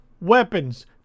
weapons